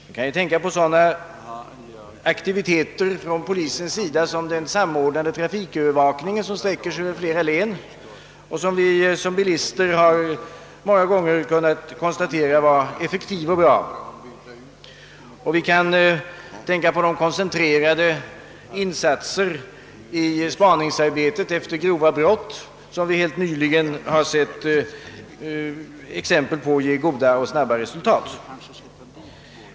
Vi kan tänka på sådana aktiviteter från polisens sida som den samordnade trafikövervakningen vilken sträcker sig över flera län; såsom bilister har vi många gånger kunnat konstatera att denna samordning är effektiv och bra. Vi kan också peka på de koncentrerade insatser i spaningsarbetet rörande grova brott, insatser som — såsom vi helt nyligen har sett exempel på ger bättre och snabbare resultat.